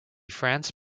france